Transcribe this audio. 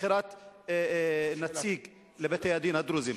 לגבי בחירת נציג לבתי-הדין הדרוזיים.